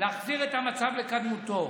להחזיר את המצב לקדמותו.